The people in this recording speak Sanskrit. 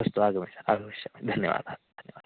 अस्तु आगमिष्यामि आगमिष्यामि धन्यवादाः धन्यवादाः